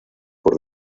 por